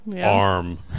arm